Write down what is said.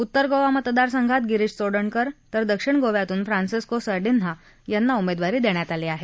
उत्तर गोवा मतदारसंघात गिरिश चोडणकर तर दक्षिण गोव्यातून फ्रान्सिस्को सर्डिन्हा यांना उमेदवारी दिली आहे